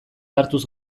hartuz